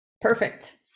Perfect